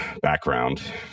background